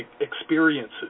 experiences